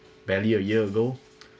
barely a year ago